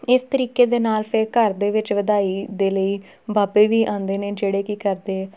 ਇਸ ਤਰੀਕੇ ਦੇ ਨਾਲ ਫਿਰ ਘਰ ਦੇ ਵਿੱਚ ਵਧਾਈ ਦੇ ਲਈ ਬਾਬੇ ਵੀ ਆਉਂਦੇ ਨੇ ਜਿਹੜੇ ਕਿ ਘਰ ਦੇ